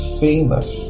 famous